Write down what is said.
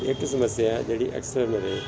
ਇੱਕ ਸਮੱਸਿਆ ਜਿਹੜੀ ਅਕਸਰ ਮੇਰੇ